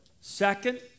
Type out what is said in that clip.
Second